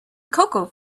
cocoa